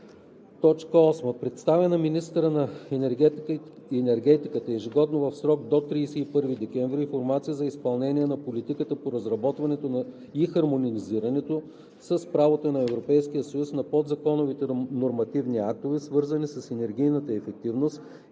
8. предоставя на министъра на енергетиката ежегодно в срок до 31 декември информация за изпълнение на политиката по разработването и хармонизирането с правото на Европейския съюз на подзаконовите нормативни актове, свързани с енергийната ефективност,